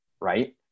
Right